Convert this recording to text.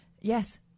Yes